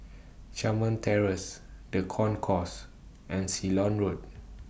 Carmen Terrace The Concourse and Ceylon Road